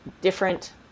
different